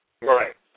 Right